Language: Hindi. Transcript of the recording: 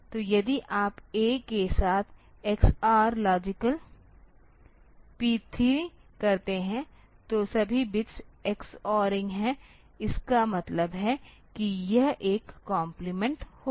तो यदि आप ए के साथ XR लॉजिकल P 3 करते हैं तो सभी बिट्स xoring हैं इसका मतलब है कि यह एक कॉम्प्लीमेंट होगा